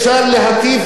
אתה רוצה להגיד לי,